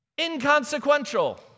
Inconsequential